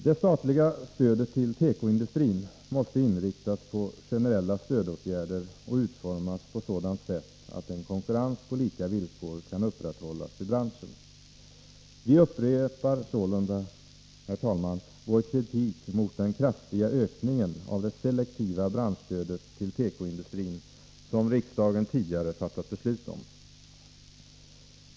Det statliga stödet till tekoindustrin måste inriktas på generella stödåtgärder och utformas på sådant sätt att en konkurrens på lika villkor kan upprätthållas i branschen. Vi upprepar sålunda, herr talman, vår kritik mot den kraftiga ökningen av det selektiva branschstödet till tekoindustrin, som riksdagen tidigare fattat beslut om.